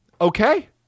Okay